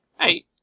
Hey